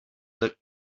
looked